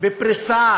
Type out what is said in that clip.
בפריסה